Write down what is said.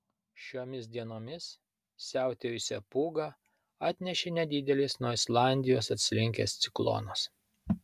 šiomis dienomis siautėjusią pūgą atnešė nedidelis nuo islandijos atslinkęs ciklonas